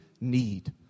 need